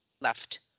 left